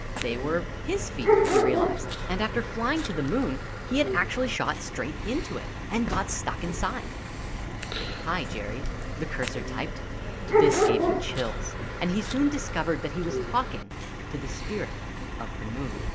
they were his feet he realized and after flying to the moon he had actually shot straight into it and got stuck inside hi, jerry the cursor typed this gave him chills and he soon discovered that he was talking to the spirit of the moon